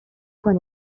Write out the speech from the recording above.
کنه